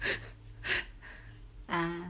ah